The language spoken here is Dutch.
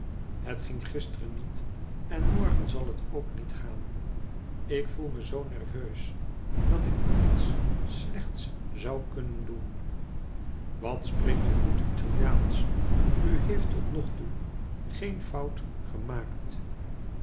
het ging gisteren niet en tnorgen zal het ook niet gaan ik voel me zoo nerveus dat ik iets slechts zou kunnen doen wat spreekt u goed italiaansch u heeft tot nog toe geen foat gemaakt